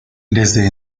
desde